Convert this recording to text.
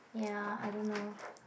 ya I don't know